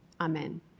amen